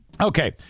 Okay